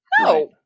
no